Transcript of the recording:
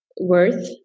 worth